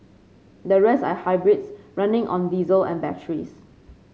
the rest are hybrids running on diesel and batteries